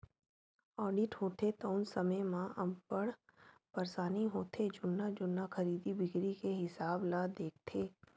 audit होथे तउन समे म अब्बड़ परसानी होथे जुन्ना जुन्ना खरीदी बिक्री के हिसाब ल देखथे